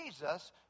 Jesus